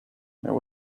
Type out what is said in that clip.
there